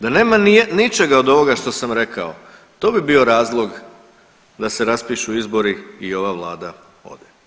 DA nema ničega od ovoga što sam rekao to bi bio razlog da se raspišu izbori i ova Vlada ode.